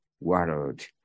world